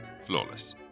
Flawless